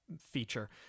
feature